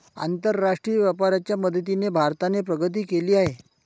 आंतरराष्ट्रीय व्यापाराच्या मदतीने भारताने प्रगती केली आहे